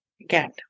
again